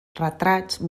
retrats